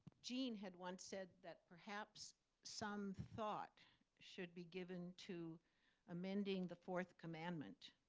gene had once said that perhaps some thought should be given to amending the fourth commandment